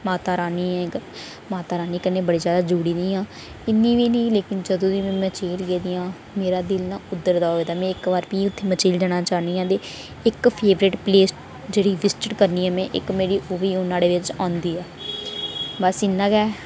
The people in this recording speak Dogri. की के में माता रानी दे कन्नै जैदा जुड़ी दी आं इन्नी बी नेईं पर जदूं दी में मचेल गेदी आं मेरा मन ना उद्धर दा गै होए दा ऐ में इक बारी फ्ही उत्थै मचैल जाना चाह्नीं आं ते इक फेवरेट प्लेस जेह्ड़ी विजिटड़ करनी ऐ में इक मेरी ओह्बी हून न्हाड़ै बिच औंदी ऐ बस इन्ना गै